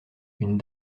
une